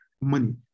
money